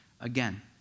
again